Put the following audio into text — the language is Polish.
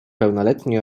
pełnoletni